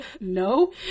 no